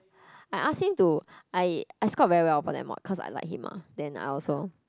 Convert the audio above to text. I ask him to I I scored very well for that mod cause I like him ah then I also